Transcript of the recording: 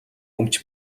өмч